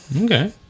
Okay